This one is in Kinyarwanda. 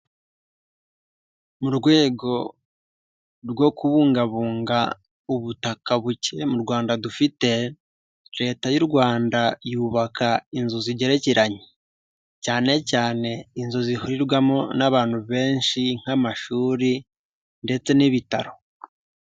Mu rwego rwo kubungabunga ubutaka buke mu Rwanda dufite, Leta y'u Rwanda yubaka inzu zigerekeranye. Cyane cyane inzu zihurirwamo n'abantu benshi nk'amashuri ndetse n'ibitaro.